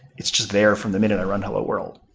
it's just there from the minute i run hello world.